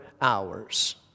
hours